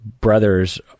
brothers